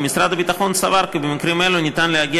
ומשרד הביטחון סבר כי במקרים אלו אפשר להגיע